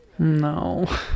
No